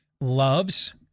loves